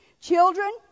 Children